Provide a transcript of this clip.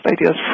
ideas